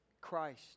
Christ